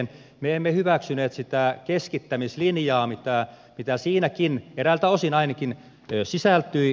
me emme hyväksyneet sitä keskittämislinjaa mitä siihenkin eräiltä osin ainakin sisältyi